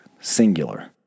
singular